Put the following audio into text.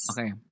Okay